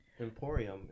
Emporium